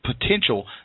potential